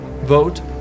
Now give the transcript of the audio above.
vote